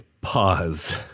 pause